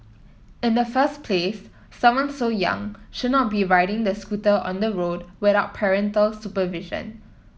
in the first place someone so young should not be riding the scooter on the road without parental supervision